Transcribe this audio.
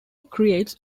creates